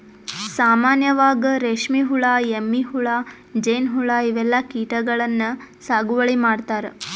ಸಾಮಾನ್ಯವಾಗ್ ರೇಶ್ಮಿ ಹುಳಾ, ಎಮ್ಮಿ ಹುಳಾ, ಜೇನ್ಹುಳಾ ಇವೆಲ್ಲಾ ಕೀಟಗಳನ್ನ್ ಸಾಗುವಳಿ ಮಾಡ್ತಾರಾ